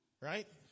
right